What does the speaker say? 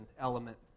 element